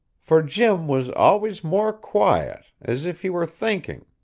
for jim was always more quiet, as if he were thinking.